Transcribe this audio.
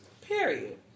Period